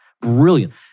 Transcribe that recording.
brilliant